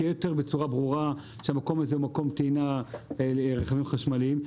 שיהיה בצורה יותר שהמקום הזה הוא מקום טעינה לרכבים חשמליים,